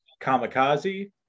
Kamikaze